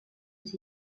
aux